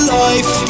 life